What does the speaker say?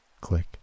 click